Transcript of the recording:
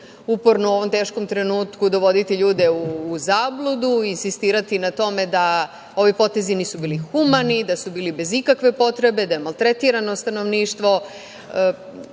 Uporno u ovom teškom trenutku dovoditi ljude u zabludu, insistirati na tome da ovi potezi nisu bili humani, da su bili bez ikakve potrebe, da je maltretirano stanovništvo.